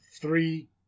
three